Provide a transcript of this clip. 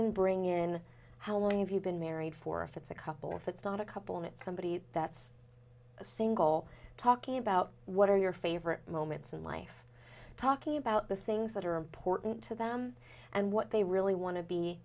to bring in how long have you been married for if it's a couple of it's not a couple it's somebody that's a single talking about what are your favorite moments in life talking about the things that are important to them and what they really want to be